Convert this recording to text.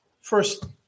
first